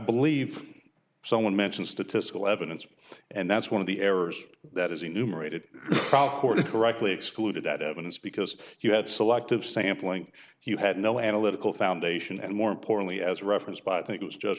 believe someone mentioned statistical evidence and that's one of the errors that is enumerated correctly excluded that evidence because you had selective sampling you had no analytical foundation and more importantly as referenced by i think it was just